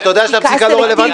אתה יודע שהפסיקה לא רלוונטית.